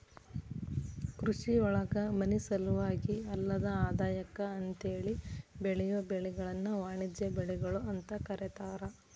ಕೃಷಿಯೊಳಗ ಮನಿಸಲುವಾಗಿ ಅಲ್ಲದ ಆದಾಯಕ್ಕ ಅಂತೇಳಿ ಬೆಳಿಯೋ ಬೆಳಿಗಳನ್ನ ವಾಣಿಜ್ಯ ಬೆಳಿಗಳು ಅಂತ ಕರೇತಾರ